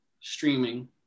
streaming